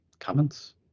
Comments